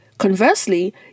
Conversely